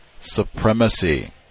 Supremacy